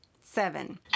Seven